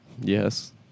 Yes